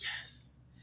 Yes